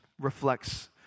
reflects